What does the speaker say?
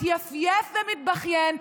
מתייפייף ומתבכיין,